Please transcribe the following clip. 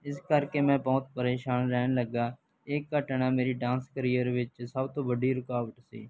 ਇਸ ਕਰਕੇ ਮੈਂ ਬਹੁਤ ਪਰੇਸ਼ਾਨ ਰਹਿਣ ਲੱਗਿਆ ਇਹ ਘਟਨਾ ਮੇਰੀ ਡਾਂਸ ਕਰੀਅਰ ਵਿੱਚ ਸਭ ਤੋਂ ਵੱਡੀ ਰੁਕਾਵਟ ਸੀ